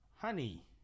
Honey